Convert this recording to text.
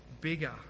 bigger